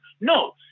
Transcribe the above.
No